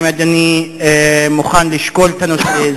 האם אדוני מוכן לשקול את הנושא?